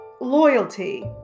loyalty